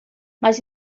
mas